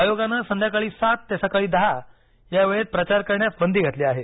आयोगानं संध्याकाळी सात ते सकाळी दहा या वेळेत प्रचार करण्यास बंदी घातली आहे